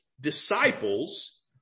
disciples